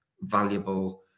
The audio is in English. valuable